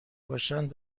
باشند